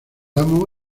amo